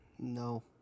no